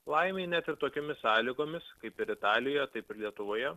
laimei net ir tokiomis sąlygomis kaip ir italijoje taip ir lietuvoje